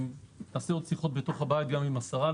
נעשה עוד שיחות בתוך הבית גם עם השרה,